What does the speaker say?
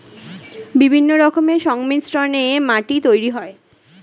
বিভিন্ন রকমের সারের সংমিশ্রণে মাটি তৈরি করা হয়